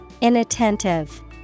inattentive